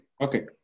Okay